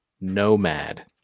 Nomad